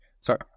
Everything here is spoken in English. Sorry